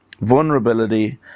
vulnerability